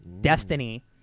Destiny